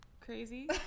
crazy